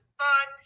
fun